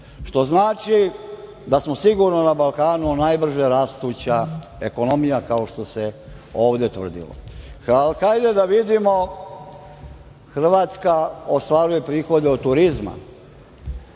što znači da smo sigurno na Balkanu najbrže rastuća ekonomija, kao što se ovde tvrdilo. Hajde da vidimo. Hrvatska ostvaruje prihode od turizma